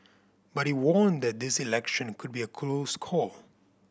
but he warned that this election could be a close call